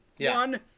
one